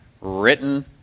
written